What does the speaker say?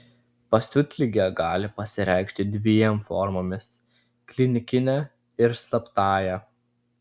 pasiutligė gali pasireikšti dviem formomis klinikine ir slaptąja